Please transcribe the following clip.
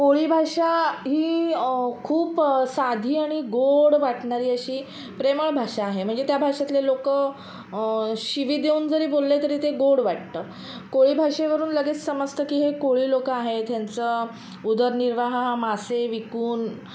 कोळी भाषा ही खूप साधी आणि गोड वाटणारी अशी प्रेमळ भाषा आहे म्हणजे त्या भाषेतले लोकं शिवी देऊन जरी बोलले तरी ते गोड वाटतं कोळी भाषेवरून लगेच समजतं की हे कोळी लोकं आहेत त्यांचं उदरनिर्वाह हा मासे विकून